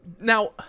Now